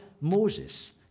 Moses